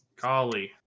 Golly